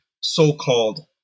so-called